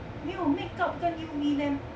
没有 makeup 跟 U_V lamp